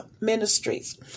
Ministries